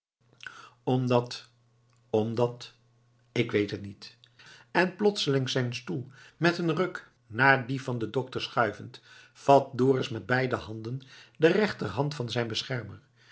omdat omdat ik weet het niet en plotseling zijn stoel met een ruk naar dien van den dokter schuivend vat dorus met beide handen de rechterhand van zijn beschermer